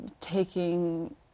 taking